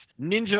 Ninja